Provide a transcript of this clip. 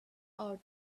our